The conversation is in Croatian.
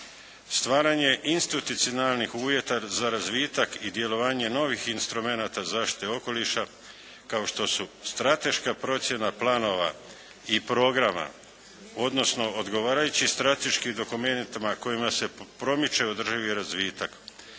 Stvaranje institucionalnih uvjeta za razvitak i djelovanje novih instrumenata zaštite okoliša, kao što su strateška procjena planova i programa, odnosno odgovarajućim strateškim dokumentima kojima se promiče održivi razvitak,